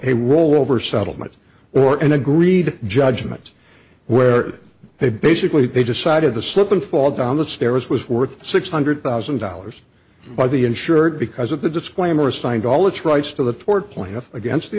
a rollover settlement or an agreed judgment where they basically they decided the slip and fall down the stairs was worth six hundred thousand dollars by the insured because of the disclaimer signed all its rights to the